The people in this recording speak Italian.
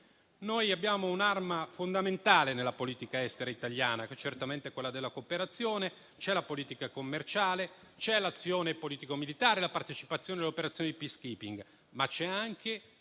Noi abbiamo un'arma fondamentale nella politica estera italiana, che certamente è quella della cooperazione; ci sono la politica commerciale, l'azione politico-militare, la partecipazione nelle operazioni di *peace-keeping*, ma anche